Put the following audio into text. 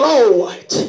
Lord